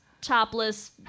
topless